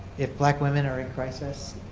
if black women are in crisis,